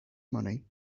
money